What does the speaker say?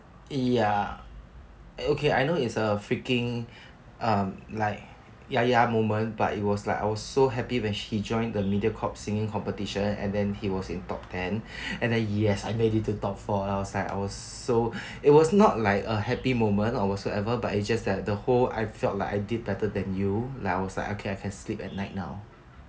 ya and okay I know it's a freaking um like yaya moment but it was like I was so happy when he joined the mediacorp singing competition and then he was in top ten and then yes I made it to top four I was so it was not like a happy moment or what so ever but it just like at whole I felt like I did better than you and I was like okay I can sleep at night now